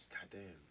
Goddamn